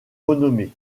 renommées